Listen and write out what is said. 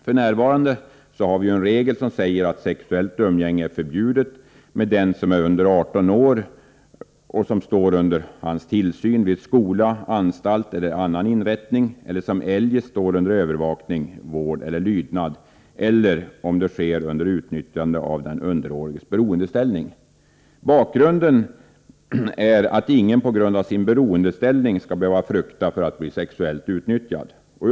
F.n. har vi ju en regel som säger att det är förbjudet att ha sexuellt umgänge med den som är under 18 år och som står under hans tillsyn vid skola, anstalt eller annan inrättning eller som eljest står under hans övervakning, vård eller lydnad, eller om det sker under utnyttjande av den underåriges beroendeställning. Bakgrunden är att ingen på grund av sin beroendeställning skall behöva frukta att bli sexuellt utnyttjad.